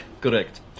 Correct